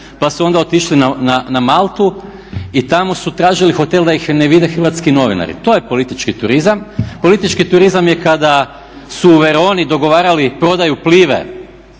pa su onda otišli na Maltu i tamo su tražili hotel da ih ne vide hrvatski novinari. To je politički turizam. Politički turizam je kada su u Veroni dogovarali prodaju